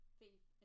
faith